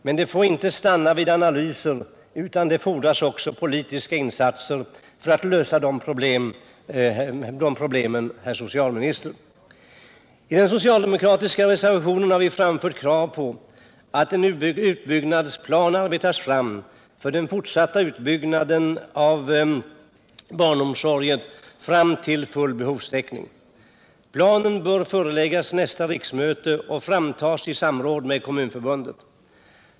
Men det får inte stanna vid analyser, herr socialminister, utan det fordras också politiska insatser för att lösa problemen. I den socialdemokratiska reservationen har vi framfört krav på att en utbyggnadsplan arbetas fram för den fortsatta utbyggnaden av barnomsorgen fram till full behovstäckning. Planen bör föreläggas nästa riksmöte och framtas i samråd med Kommunförbundet.